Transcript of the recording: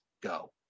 go